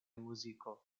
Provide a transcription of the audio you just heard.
muziko